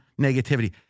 negativity